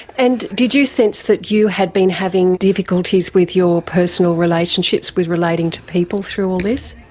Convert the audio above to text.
and did you sense that you had been having difficulties with your personal relationships, with relating to people, through all this?